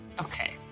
Okay